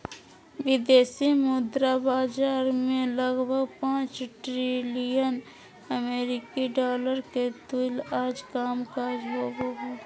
विदेशी मुद्रा बाजार मे लगभग पांच ट्रिलियन अमेरिकी डॉलर के तुल्य रोज कामकाज होवो हय